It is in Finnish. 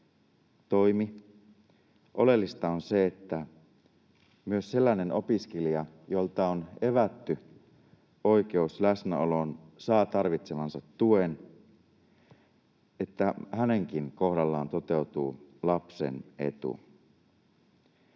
toimi. Oleellista on se, että myös sellainen opiskelija, jolta on evätty oikeus läsnäoloon, saa tarvitsemansa tuen ja että hänenkin kohdallaan toteutuu lapsen etu.